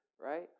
right